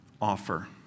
offer